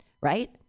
right